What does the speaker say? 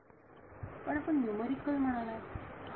विद्यार्थी पण आपण न्यूमरिकल म्हणालात